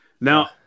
Now